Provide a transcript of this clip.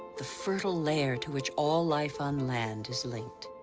the fertile layer to which all life on land is linked.